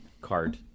card